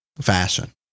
fashion